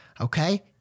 okay